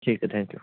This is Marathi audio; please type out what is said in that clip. ठीक आहे थँक्यू